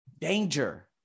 Danger